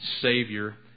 Savior